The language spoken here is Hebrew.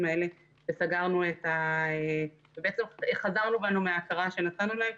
האלה ובעצם חזרנו בנו מן ההכרה שנתנו להם.